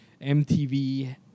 MTV